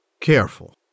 careful